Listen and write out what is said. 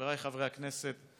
חבריי חברי הכנסת,